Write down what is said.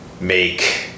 make